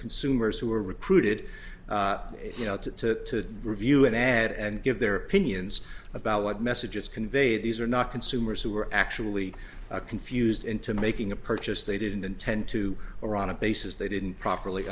consumers who are recruited you know to review an ad and give their opinions about what messages convey these are not consumers who are actually confused into making a purchase they didn't intend to or on a basis they didn't properly